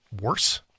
worse